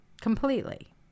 completely